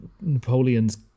Napoleon's